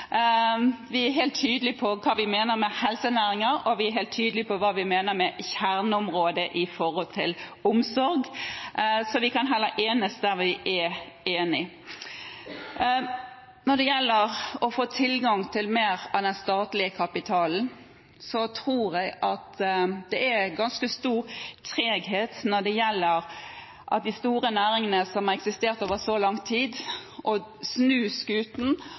Vi er helt tydelige på hva vi mener med helsenæringer, og vi er helt tydelige på hva vi mener med kjerneområdet med hensyn til omsorg, så vi kan heller enes der vi er enige. Når det gjelder å få tilgang til mer av den statlige kapitalen, tror jeg at det er ganske stor treghet med tanke på de store næringene som har eksistert over så lang tid, å snu skuten og